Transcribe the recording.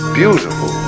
beautiful